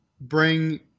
bring